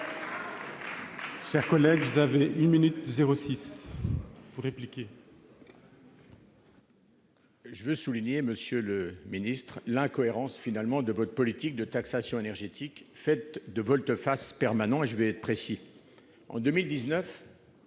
Je veux souligner, monsieur le ministre, l'incohérence de votre politique de taxation énergétique, faite de volte-face permanentes. Soyons précis